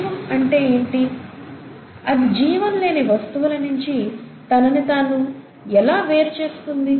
జీవం అంటే ఏంటి అది జీవం లేని వస్తువుల నించి తనని తానూ ఎలా వేరు చేసుకుంది